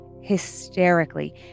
hysterically